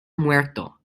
muerto